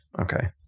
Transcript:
Okay